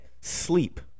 sleep